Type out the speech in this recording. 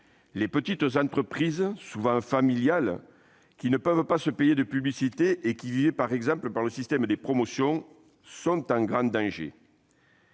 les petites entreprises, souvent familiales, qui ne peuvent se payer de publicité et qui vivaient grâce au système des promotions, sont en grand danger.